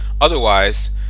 otherwise